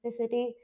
specificity